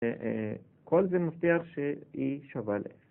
‫וכל זה מפתיע שהיא שווה ל.